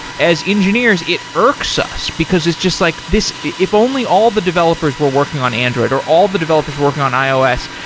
as engineers, it irks us, because it's just like this if only all the developers were working on android or all the developers working on ios.